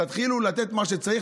תתחילו לתת מה שצריך,